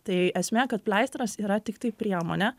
tai esmė kad pleistras yra tiktai priemonė